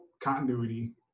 continuity